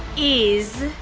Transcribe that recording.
is,